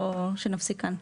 או שנפסיק כאן?